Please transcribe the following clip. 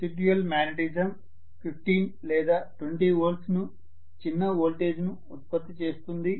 residual magnetism 15 లేదా 20 వోల్టుల చిన్న వోల్టేజ్ను ఉత్పత్తి చేస్తుంది